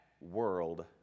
world